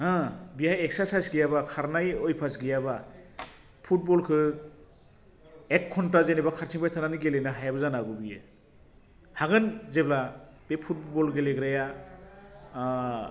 होह बेहा एक्सारसाइस गैयाबा खारनाय अयबास गैयाबा फुटबलखौ एक घण्टा जेनेबा खारथिंबाय थानानै गेलेनो हायाबो जानो हागौ बियो हागोन जेब्ला बे फुटबल गेलेग्राया